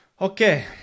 Okay